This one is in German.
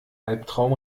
albtraum